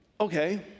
okay